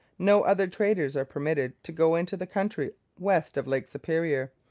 no other traders are permitted to go into the country west of lake superior.